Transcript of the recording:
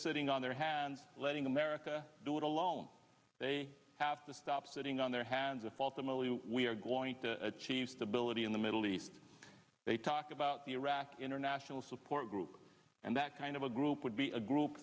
sitting on their hands letting america do it alone they have to stop sitting on their hands of all camilli we are going to cheese the ability in the middle east they talk about the iraqi international support group and that kind of a group would be a group